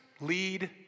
lead